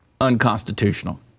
unconstitutional